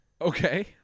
Okay